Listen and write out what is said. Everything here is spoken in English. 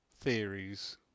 theories